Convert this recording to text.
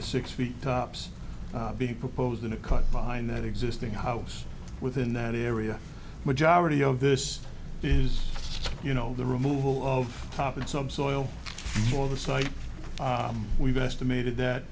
the six feet tops being proposed in a cut behind that existing house within that area majority of this is you know the removal of top and subsoil for the site we've estimated that